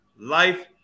life